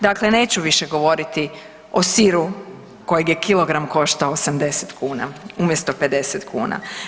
Dakle, neću više govoriti o siru kojeg je kilogram koštao 80 kuna umjesto 50 kuna.